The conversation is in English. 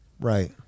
Right